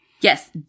Yes